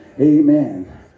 Amen